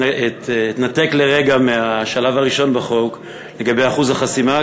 אתנתק לרגע מהשלב הראשון בחוק לגבי אחוז החסימה,